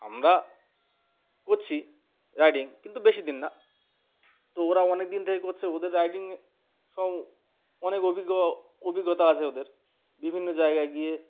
আমরা করছি রাইডিং কিন্তু বেশি দিন না তো ওরা অনেক দিন থেকে করছে ওদের রাইডিং স অনেক অভিজ্ঞ অভিজ্ঞতা আছে ওদের বিভিন্ন জায়গায় গিয়ে